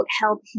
help